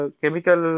chemical